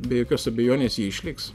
be jokios abejonės jie išliks